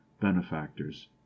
benefactors